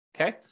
Okay